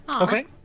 Okay